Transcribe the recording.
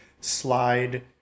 slide